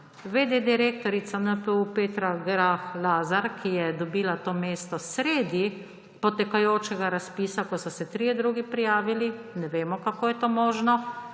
d. direktorica NPU Petra Grah Lazar, ki je dobila to mesto sredi potekajočega razpisa, ko so se trije drugi prijavili − ne vemo, kako je to možno